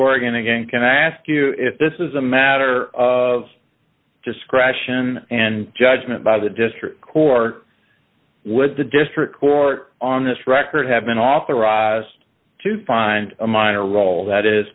corrigan again can i ask you this is a matter of discretion and judgment by the district court would the district court on this record have been authorized to find a minor role that is